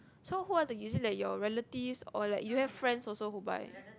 so who are the use it like your like relative or like you have friend also who buy